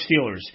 Steelers